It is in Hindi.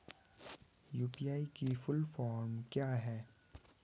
यु.पी.आई की फुल फॉर्म क्या है?